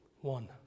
One